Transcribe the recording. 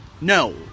No